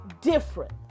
different